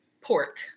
pork